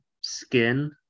skin